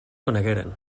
conegueren